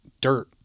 dirt